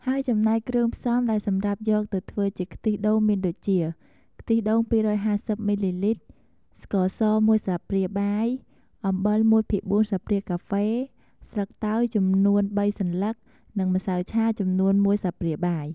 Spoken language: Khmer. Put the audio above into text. ហើយចំណែកគ្រឿងផ្សំដែលសម្រាប់យកទៅធ្វើជាខ្ទិះដូងមានដូចជា ខ្ទិះដូង២៥០មីលីលីត្រ ស្ករស១ស្លាបព្រាបាយ អំបិល១ភាគ៤ស្លាបព្រាកាហ្វេ ស្លឹកតើយចំនួន៣សន្លឹក និងម្សៅឆាចំនួន១ស្លាបព្រាបាយ។